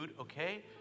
okay